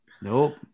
Nope